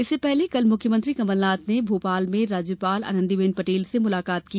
इससे पहले कल मुख्यमंत्री कमलनाथ ने भोपाल में राज्यपाल आनंदीबेन पटेल से मुलाकात की